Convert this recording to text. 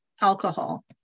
alcohol